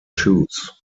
shoes